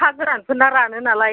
हा गोरानफोरना रानो नालाय